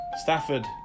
Stafford